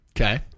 Okay